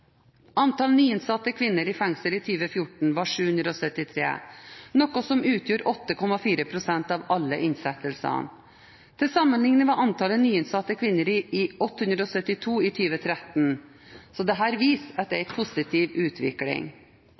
Antall nyinnsatte kvinner i fengsel i 2014 var 773, noe som utgjorde 8,4 pst. av alle innsettelser. Til sammenligning var antallet nyinnsatte kvinner 872 i 2013. Dette viser at det er en positiv utvikling.